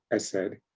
i said,